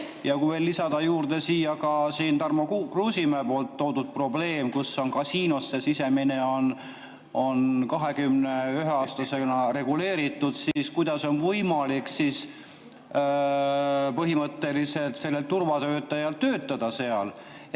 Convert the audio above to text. Ja kui veel lisada juurde siia ka siin Tarmo Kruusimäe toodud probleem, et kasiinosse sisemine on 21-aastasena reguleeritud, siis kuidas on võimalik põhimõtteliselt sellel turvatöötajal töötada seal?